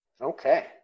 Okay